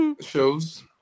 Shows